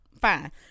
Fine